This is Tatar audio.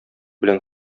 белән